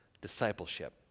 discipleship